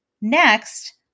Next